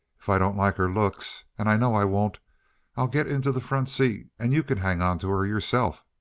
if i don't like her looks and i know i won't i'll get into the front seat and you can hang onto her yourself,